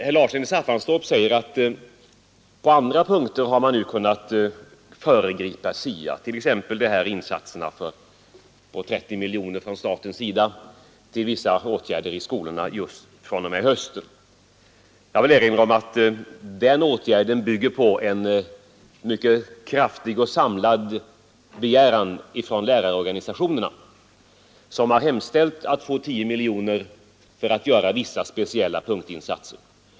Herr Larsson i Staffanstorp sade att man på andra punkter har ansett sig kunna föregripa SIA-utredningen, t.ex. genom statens insatser med 30 miljoner till vissa åtgärder i skolorna fr.o.m. i höst. Jag vill erinra om att den åtgärden bygger på en mycket kraftig och samlad begäran från lärarorganisationerna, som har hemställt att få 10 miljoner kronor för att göra vissa speciella punktinsatser.